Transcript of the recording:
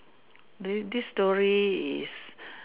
then this story is